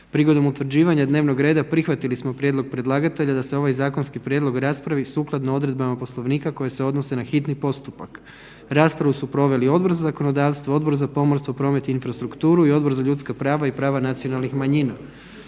Prigodom utvrđivanja dnevnog reda prihvatili smo prijedlog predlagatelja da se ovaj zakonski prijedlog raspravi sukladno odredbama Poslovnika koje se odnose na hitni postupak. Raspravu su proveli Odbor za zakonodavstvo, Odbor za pomorstvo, promet i infrastrukturu i Odbor za ljudska prava i prava nacionalnih manjina.